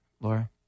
Laura